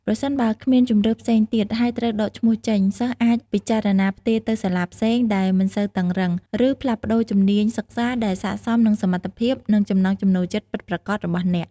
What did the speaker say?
ប្រសិនបើគ្មានជម្រើសផ្សេងទៀត ហើយត្រូវដកឈ្មោះចេញ សិស្សអាចពិចារណាផ្ទេរទៅសាលាផ្សេងដែលមិនសូវតឹងរ៉ឹង ឬផ្លាស់ប្តូរជំនាញសិក្សាដែលស័ក្តិសមនឹងសមត្ថភាព និងចំណង់ចំណូលចិត្តពិតប្រាកដរបស់អ្នក។